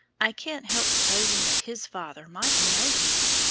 i can't help s'posing that his father mightn't know him.